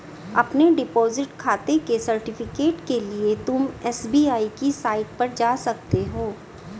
अपने डिपॉजिट खाते के सर्टिफिकेट के लिए तुम एस.बी.आई की साईट पर जा सकते हो